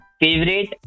favorite